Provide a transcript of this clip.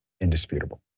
indisputable